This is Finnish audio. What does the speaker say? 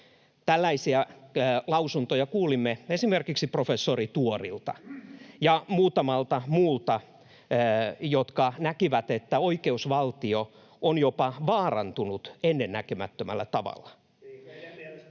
Tällaisia lausuntoja kuulimme esimerkiksi professori Tuorilta ja muutamalta muulta, jotka näkivät, että oikeusvaltio on jopa vaarantunut ennennäkemättömällä tavalla.